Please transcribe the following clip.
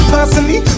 Personally